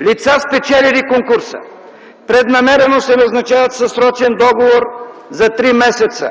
Лица, спечелили конкурса, преднамерено се назначават със срочен договор за три месеца